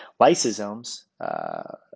Lysosomes